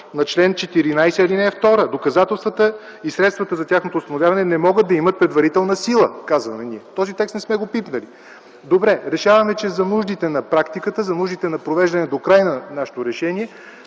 на чл. 14, ал. 2: „доказателствата и средствата за тяхното установяване не могат да имат предварителна сила” – казваме ние. Този текст не сме го пипнали. Добре, решаваме, че за нуждите на практиката, за нуждите на провеждане до край на нашето решение